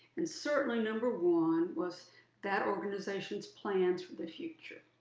and certainly, number one was that organization's plans for the future.